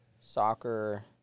Soccer